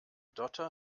dotter